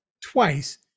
twice